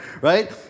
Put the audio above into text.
right